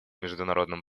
международном